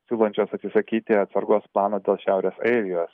siūlančios atsisakyti atsargos plano dėl šiaurės airijos